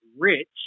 Rich